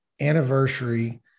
anniversary